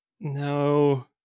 No